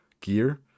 gear